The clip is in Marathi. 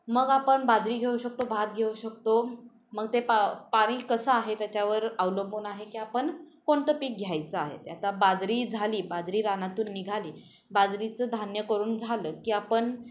मग आपण बाजरी घेऊ शकतो भात घेऊ शकतो मग ते पा पाणी कसं आहे त्याच्यावर अवलंबून आहे की आपण कोणतं पीक घ्यायचं आहे आता बाजरी झाली बाजरी रानातून निघाली बाजरीचं धान्य करून झालं की आपण